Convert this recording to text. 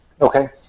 Okay